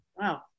Wow